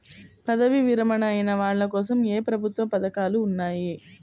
పదవీ విరమణ అయిన వాళ్లకోసం ఏ ప్రభుత్వ పథకాలు ఉన్నాయి?